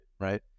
right